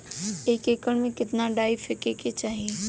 एक एकड़ में कितना डाई फेके के चाही?